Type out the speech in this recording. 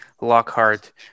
Lockhart